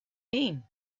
mean